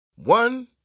One